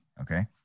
okay